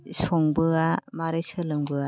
संबोआ माबोरै सोलोंबोआ